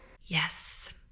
Yes